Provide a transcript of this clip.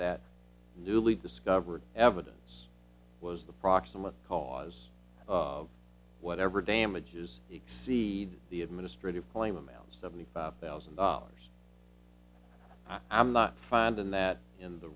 that newly discovered evidence was the proximate cause of whatever damages exceed the administrative claim amount seventy five thousand dollars i'm not finding that in the